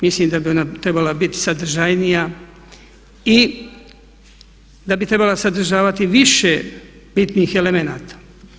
Mislim da bi ona trebala biti sadržajnija i da bi trebala sadržavati više bitnih elemenata.